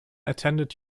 attended